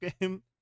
game